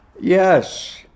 Yes